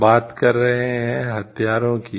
हम बात कर रहे हैं हथियारों की